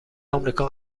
آمریکا